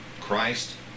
Christ